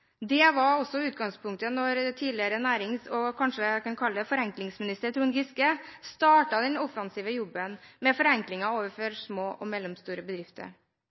Det var også utgangspunktet da tidligere næringsminister – og kanskje jeg kunne kalle ham «forenklingsminister» – Trond Giske startet den offensive jobben med forenklinger overfor små og mellomstore bedrifter.